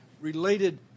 related